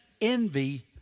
envy